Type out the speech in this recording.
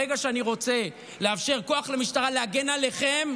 ברגע שאני רוצה לאפשר כוח למשטרה להגן עליכם,